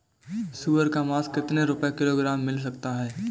सुअर का मांस कितनी रुपय किलोग्राम मिल सकता है?